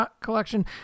collection